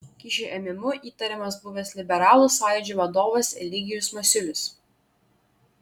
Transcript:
kyšio ėmimu įtariamas buvęs liberalų sąjūdžio vadovas eligijus masiulis